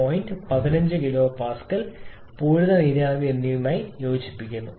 point 1 5 kPa പൂരിത നീരാവി എന്നിവയുമായി യോജിക്കുന്നു